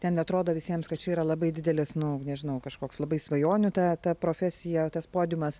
ten atrodo visiems kad čia yra labai didelis nu nežinau kažkoks labai svajonių ta ta profesija tas podiumas